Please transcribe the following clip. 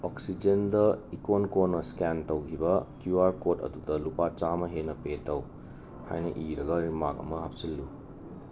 ꯑꯣꯛꯁꯤꯖꯦꯟꯗ ꯏꯀꯣꯟ ꯀꯣꯟꯅ ꯁ꯭ꯀꯦꯟ ꯇꯧꯈꯤꯕ ꯀ꯭ꯌꯨ ꯑꯥꯔ ꯀꯣꯠ ꯑꯗꯨꯗ ꯂꯨꯄꯥ ꯆꯥꯃ ꯍꯦꯟꯅ ꯄꯦ ꯇꯩ ꯍꯥꯏꯅ ꯏꯔꯒ ꯔꯤꯃꯥꯛ ꯑꯃ ꯍꯥꯞꯆꯤꯜꯂꯨ